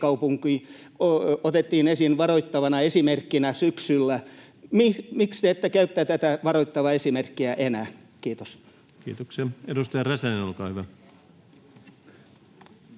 kotikaupunkini otettiin esiin varoittavana esimerkkinä syksyllä. Miksi te ette käytä tätä varoittavaa esimerkkiä enää? — Kiitos. [Leena Meri: